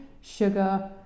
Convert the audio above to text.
sugar